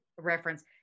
reference